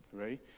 Right